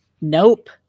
nope